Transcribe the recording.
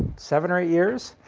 seven or eight years.